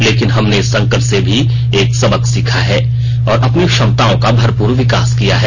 लेकिन हमने इस संकट से भी एक सबक सीखा है और अपनी क्षमताओं का भरपूर विकास किया है